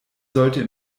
sollte